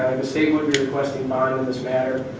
the state would be requesting bond in this matter.